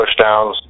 pushdowns